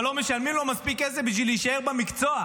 אבל לא משלמים לו מספיק כסף בשביל להישאר במקצוע,